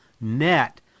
net